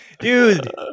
Dude